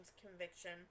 conviction